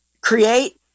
create